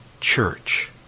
church